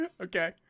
Okay